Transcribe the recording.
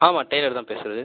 ஆமாம் டைலர் தான் பேசுறது